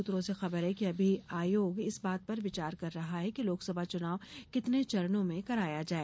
सूत्रों से खबर है कि अभी आयोग इस बात पर विचार कर रहा है कि लोकसभा चुनाव कितने चरणों में कराया जाए